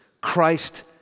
Christ